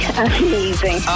amazing